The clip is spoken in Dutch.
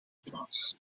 plaats